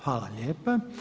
Hvala lijepo.